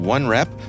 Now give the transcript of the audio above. OneRep